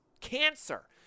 cancer